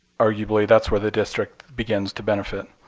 arguably that's where the district begins to benefit.